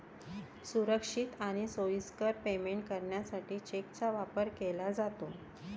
सुरक्षित आणि सोयीस्कर पेमेंट करण्यासाठी चेकचा वापर केला जातो